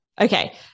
Okay